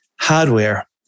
hardware